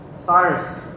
Cyrus